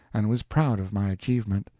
and was proud of my achievement,